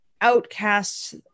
outcasts